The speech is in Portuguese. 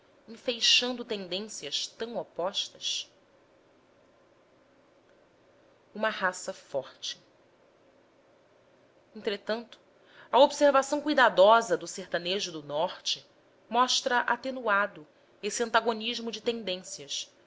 improviso enfeixando tendências tão opostas uma raça forte entretanto a observação cuidadosa do sertanejo do norte mostra atenuado esse antagonismo de tendências